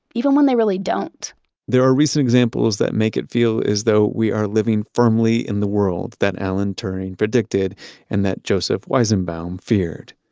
even when they really don't there are recent examples that make it feel as though we are living firmly in the world that alan turing predicted and that joseph weizenbaum feared.